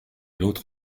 l’autre